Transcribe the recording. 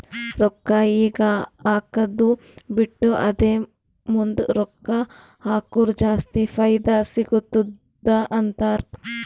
ರೊಕ್ಕಾ ಈಗ ಹಾಕ್ಕದು ಬಿಟ್ಟು ಅದೇ ಮುಂದ್ ರೊಕ್ಕಾ ಹಕುರ್ ಜಾಸ್ತಿ ಫೈದಾ ಸಿಗತ್ತುದ ಅಂತಾರ್